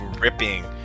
ripping